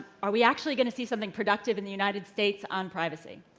are we actually going to see something productive in the united states on privacy?